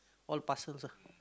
all parcels